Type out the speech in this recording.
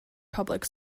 public